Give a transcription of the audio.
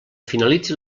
finalitzi